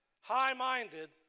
high-minded